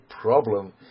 problem